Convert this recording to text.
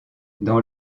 dans